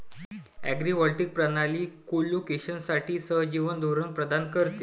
agrivoltaic प्रणाली कोलोकेशनसाठी सहजीवन धोरण प्रदान करते